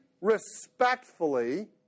respectfully